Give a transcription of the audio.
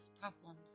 problems